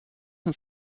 uns